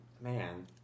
man